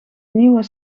nieuwe